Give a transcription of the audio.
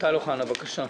טל אוחנה, בבקשה.